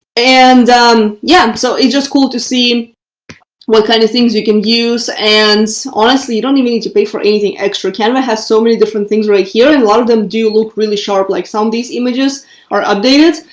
and yeah, so it's just cool to see what kind of things you can use, and honestly, you don't even need to pay for anything extra canva has so many different things right here. and a lot of them do look really sharp, like some of these images are updated.